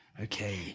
Okay